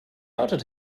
outed